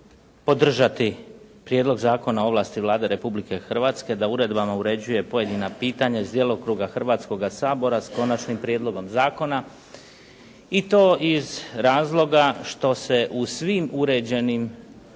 podržati prijedlog Zakona o ovlasti Vlade Republike Hrvatske da uredbama uređuje pojedina pitanja iz djelokruga Hrvatskoga sabora s konačnim prijedlogom zakona i to iz razloga što se u svim uređenim